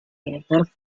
director